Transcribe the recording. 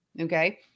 okay